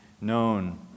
known